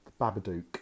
Babadook